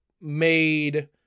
made